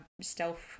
stealth